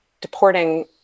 deporting